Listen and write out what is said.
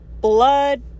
blood